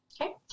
Okay